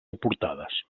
aportades